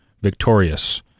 victorious